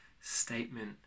statement